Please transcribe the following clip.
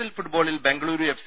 L ഫുട്ബോളിൽ Bengaluru F